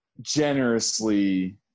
generously